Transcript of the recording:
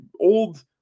old